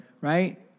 Right